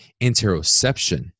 interoception